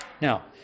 Now